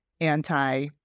anti